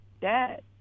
Dad